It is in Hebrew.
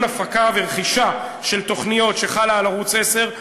הפקה ורכישה של תוכניות שחלה על ערוץ 10,